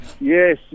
Yes